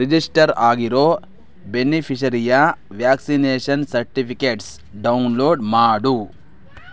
register ಆಗಿರೋ ಬೆನಿಫಿಷರಿಯ vaccination certificates download ಮಾಡು